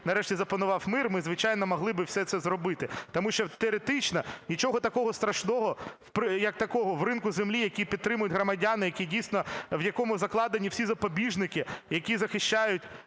нарешті запанував мир, ми, звичайно, могли би все це зробити. Тому що теоретично нічого такого страшного як такого в ринку землі, який підтримують громадяни, який дійсно... в якому закладені всі запобіжники, які захищають